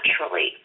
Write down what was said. naturally